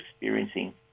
experiencing